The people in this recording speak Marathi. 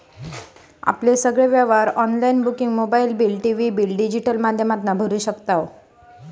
आपले सगळे व्यवहार online booking mobile bill, TV bill digital माध्यमातना भरू शकताव